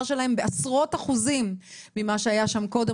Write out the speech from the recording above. שלהם בעשרות אחוזים לעומת מה שהיה קודם.